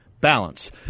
balance